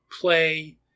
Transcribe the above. play